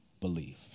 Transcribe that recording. believe